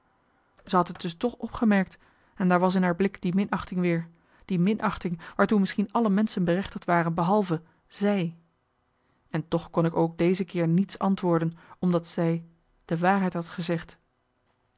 had t dus toch opgemerkt en daar was in haar blik die minachting weer die minachting waartoe misschien alle menschen berechtigd waren behalve zij en toch kon ik ook deze keer niets antwoorden omdat zij de waarheid had gezegd